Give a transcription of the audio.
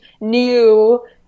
new